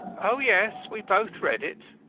oh, yes we both read it,